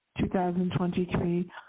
2023